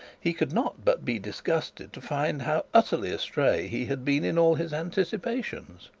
he could not but be disgusted to find how utterly astray he had been in all his anticipations.